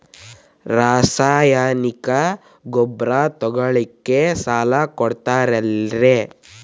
ರಾಸಾಯನಿಕ ಗೊಬ್ಬರ ತಗೊಳ್ಳಿಕ್ಕೆ ಸಾಲ ಕೊಡ್ತೇರಲ್ರೇ?